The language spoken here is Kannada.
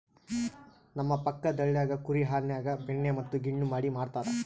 ನಮ್ಮ ಪಕ್ಕದಳ್ಳಿಗ ಕುರಿ ಹಾಲಿನ್ಯಾಗ ಬೆಣ್ಣೆ ಮತ್ತೆ ಗಿಣ್ಣು ಮಾಡಿ ಮಾರ್ತರಾ